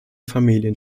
familien